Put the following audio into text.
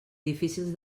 difícils